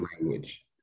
language